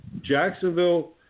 Jacksonville